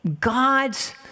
God's